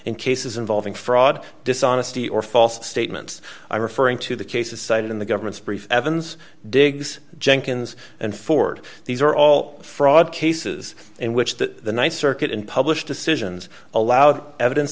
in cases involving fraud dishonesty or false statements i referring to the cases cited in the government's brief evans diggs jenkins and ford these are all fraud cases in which that one circuit and published decisions allowed evidence